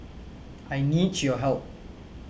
I need your help